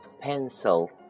pencil